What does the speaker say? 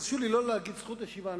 תרשו לי לא להגיד זכות השיבה,